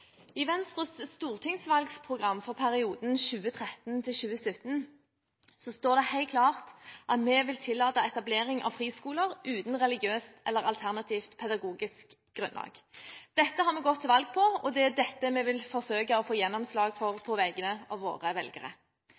I Venstres stortingsvalgprogram for perioden 2013–2017 står det helt klart at vi vil «tillate etablering av friskoler uten religiøst eller alternativt pedagogisk grunnlag». Dette har vi gått til valg på, og det er dette vi vil forsøke å få gjennomslag for på vegne av våre velgere.